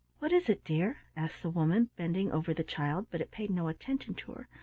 what is it, dear? asked the woman, bending over the child, but it paid no attention to her,